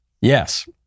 Yes